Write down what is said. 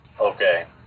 Okay